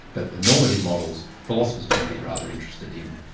but the normative models, philosophers tend to be rather interested in,